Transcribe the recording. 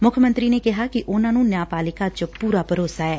ਮੁੱਖ ਮੰਤਰੀ ਨੇ ਕਿਹਾ ਕਿ ਉਨ੍ਹਾਂ ਨੂੰ ਨਿਆਂ ਪਾਲਿਕਾ ਚ ਪੂਰਾ ਭਰੋਸਾ ਐ